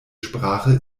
sprache